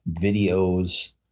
videos